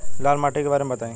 लाल माटी के बारे में बताई